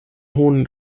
hohen